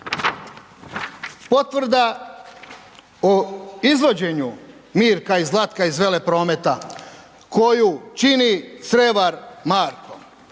potvrda o izvođenju Mirka i Zlatka iz Veleprometa koju čini Crevar Marko.